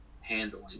handling